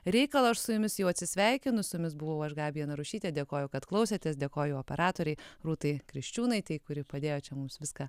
reikalo aš su jumis jau atsisveikinu su jumis buvau aš gabija narušytė dėkoju kad klausėtės dėkoju operatorei rūtai kriščiūnaitei kuri padėjo čia mums viską